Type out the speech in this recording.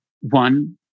one